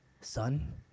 son